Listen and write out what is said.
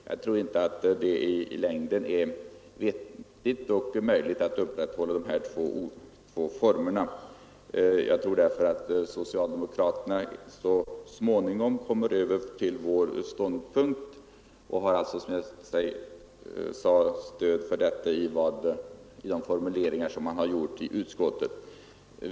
Jag tror inte att det i längden är vettigt och möjligt att upprätthålla de här två formerna och att socialdemokraterna därför så småningom kommer över till vår ståndpunkt. För detta anser jag mig ha stöd, som jag sade, i de formuleringar som gjorts i utskottsbetänkandet.